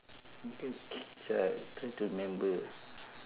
I'm thinking sia try to remember